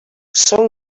són